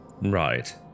right